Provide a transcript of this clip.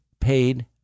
paid